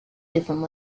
different